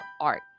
art